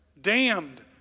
damned